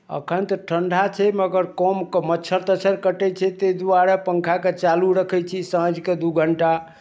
एखन तऽ ठण्डा छै मगर कम कऽ मच्छर तच्छर कटै छै ताहि दुआरे पङ्खाकेँ चालू रखै छी साँझकेँ दू घण्टा